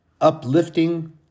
uplifting